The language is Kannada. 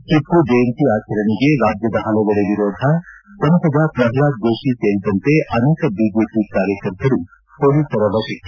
ಟಿಮ್ನ ಜಯಂತಿ ಆಚರಣೆಗೆ ರಾಜ್ಯದ ಪಲವೆಡೆ ವಿರೋಧ ಸಂಸದ ಪ್ರಹ್ಲಾದ್ ಜೋಷಿ ಸೇರಿದಂತೆ ಅನೇಕ ಬಿಜೆಪಿ ಕಾರ್ಯಕರ್ತರು ಮೊಲೀಸರ ವಶಕ್ಕೆ